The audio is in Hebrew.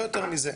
לא יותר מזה.